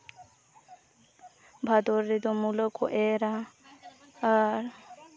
ᱵᱷᱟᱫᱚᱨ ᱨᱮᱫᱚ ᱢᱩᱞᱟᱹ ᱠᱚ ᱮᱨᱟ ᱟᱨ